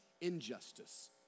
injustice